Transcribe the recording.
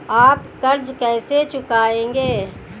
आप कर्ज कैसे चुकाएंगे?